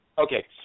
Okay